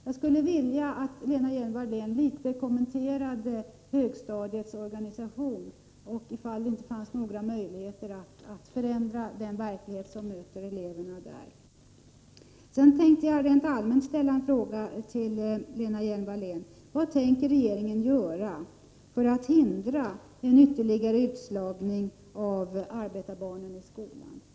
Jag skulle därför vilja att Lena Hjelm-Wallén något kommenterade högstadiets organisation och redogjorde för om det finns några möjligheter att förändra den verklighet som möter eleverna där. Sedan vill jag rent allmänt ställa en fråga till Lena Hjelm-Wallén: Vad tänker regeringen göra för att hindra en ytterligare utslagning av arbetarbarn iskolan?